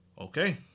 Okay